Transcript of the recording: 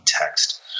text